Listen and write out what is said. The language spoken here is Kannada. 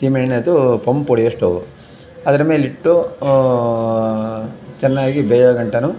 ಸೀಮೆಎಣ್ಣೆದು ಪಂಪ್ ಹೊಡೆಯೋ ಸ್ಟೌವ್ವು ಅದ್ರ್ಮೇಲಿಟ್ಟು ಚೆನ್ನಾಗಿ ಬೇಯೋಗಂಟನು